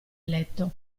letto